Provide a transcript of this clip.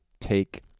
take